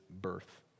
birth